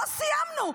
לא סיימנו.